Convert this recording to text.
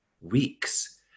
weeks